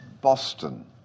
Boston